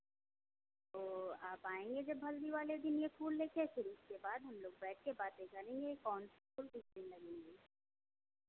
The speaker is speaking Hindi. तो आप आएंगे जब हल्दी वाले दिन ये फूल लेके फिर उसके बाद हम लोग बैठ के बातें करेंगे कौन से फूल किस दिन लगेंगे